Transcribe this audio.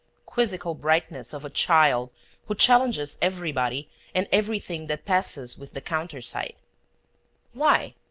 quizzical brightness of a child who challenges everybody and everything that passes with the countersign why?